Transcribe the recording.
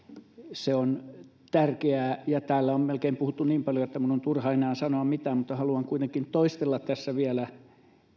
se on tärkeää täällä on puhuttu melkein niin paljon että minun on turha enää sanoa mitään mutta haluan kuitenkin toistella tässä vielä